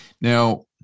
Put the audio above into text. Now